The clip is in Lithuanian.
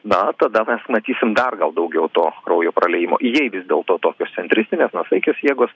na tada mes matysim dar gal daugiau to kraujo praliejimo jei vis dėlto tokios centristinės nuosaikios jėgos